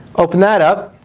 open that up.